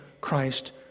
Christ